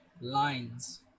lines